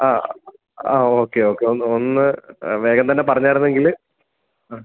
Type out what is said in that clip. ആ ആ okay okay ഒന്ന് ഒന്ന് വേഗം തന്നെ പറഞ്ഞായിരുന്നെങ്കിൽ ആ